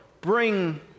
bring